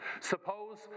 Suppose